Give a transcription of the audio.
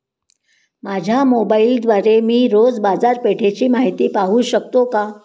माझ्या मोबाइलद्वारे मी रोज बाजारपेठेची माहिती पाहू शकतो का?